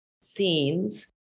scenes